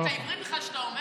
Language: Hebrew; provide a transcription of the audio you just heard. ועדת הכנסת,